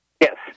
Yes